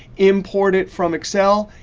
import it from excel.